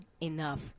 enough